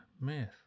myth